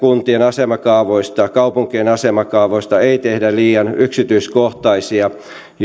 ja kaupunkien asemakaavoista ei tehdä liian yksityiskohtaisia silloinhan